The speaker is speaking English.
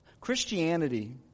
Christianity